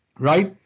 right?